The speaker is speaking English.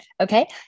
Okay